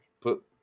Put